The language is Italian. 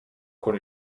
con